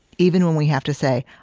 even when we have to say,